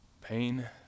pain